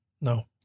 No